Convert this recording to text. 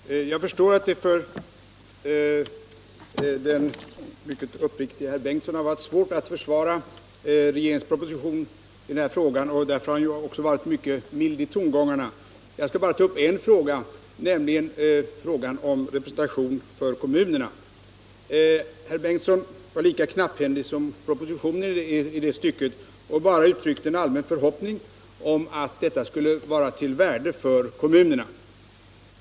Herr talman! Jag förstår att det för den mycket uppriktige herr Bengtsson i Landskrona har varit svårt att försvara regeringens proposition i denna fråga. Därför har han också varit mycket mild i tongångarna. Jag skall ta upp en enda sak, nämligen representation för kommunerna. Herr Bengtsson var lika knapphändig som propositionen i det stycket och uttryckte bara en allmän förhoppning om att den föreslagna ordningen skulle vara av värde för kommunerna.